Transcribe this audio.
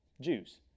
Jews